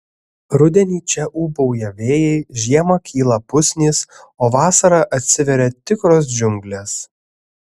rudenį čia ūbauja vėjai žiemą kyla pusnys o vasarą atsiveria tikros džiunglės